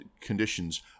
conditions